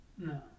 No